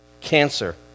cancer